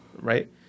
right